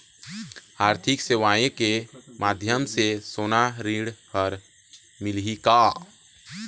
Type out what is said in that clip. आरथिक सेवाएँ के माध्यम से सोना ऋण हर मिलही का?